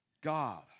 God